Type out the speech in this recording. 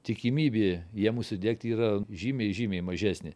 tikimybė jiem užsidegti yra žymiai žymiai mažesnė